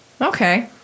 Okay